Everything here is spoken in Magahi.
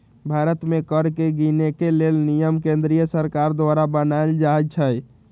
भारत में कर के गिनेके लेल नियम केंद्रीय सरकार द्वारा बनाएल जाइ छइ